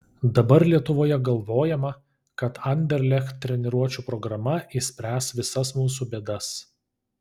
dabar lietuvoje galvojama kad anderlecht treniruočių programa išspręs visas mūsų bėdas